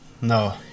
No